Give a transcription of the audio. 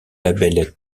label